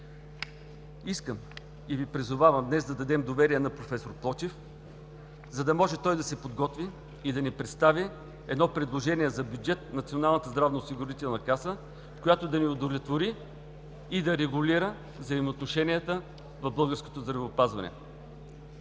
Искам и Ви призовавам днес да дадем доверие на проф. Плочев, за да може той да се подготви и да ни представи едно предложение за бюджет на Националната здравноосигурителна каса, който да ни удовлетвори и да регулира взаимоотношенията в българското здравеопазване.